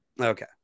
Okay